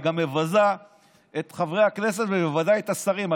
והיא גם מבזה את חברי הכנסת ומבזה את השרים.